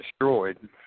destroyed